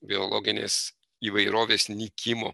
biologinės įvairovės nykimo